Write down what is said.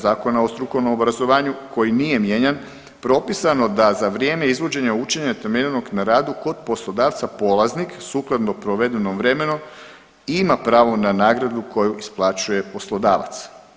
Zakona o strukovnom obrazovanju koji nije mijenjan propisano da za vrijeme izvođenja učenja temeljenog na radu kod poslodavca polaznik sukladno provedenom vremenu ima pravo na nagradu koju isplaćuje poslodavac.